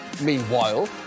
Meanwhile